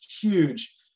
huge